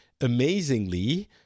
amazingly